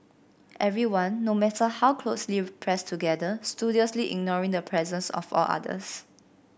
everyone no matter how closely pressed together studiously ignoring the presence of all others